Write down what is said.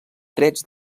drets